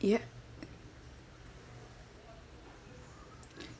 yeah